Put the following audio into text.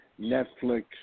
Netflix